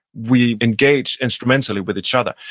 we engage instrumentally with each other,